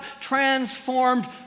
transformed